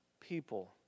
people